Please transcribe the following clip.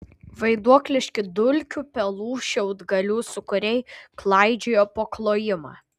vaiduokliški dulkių pelų šiaudgalių sūkuriai klaidžiojo po klojimą